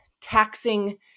taxing